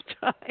time